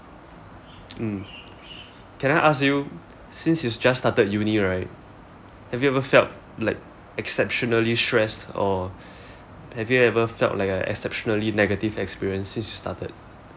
um can I ask you since you just started university right have you ever felt like exceptionally stressed or have you ever felt like a exceptionally negative experience since you started